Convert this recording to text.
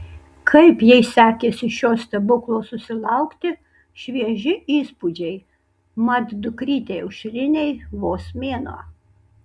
kaip jai sekėsi šio stebuklo susilaukti švieži įspūdžiai mat dukrytei aušrinei vos mėnuo